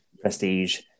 prestige